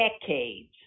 decades